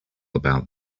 about